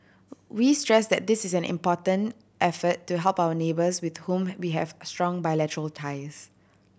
we stress that this is an important effort to help our neighbours with whom we have strong bilateral ties